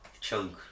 chunk